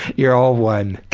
you're all one.